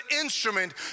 instrument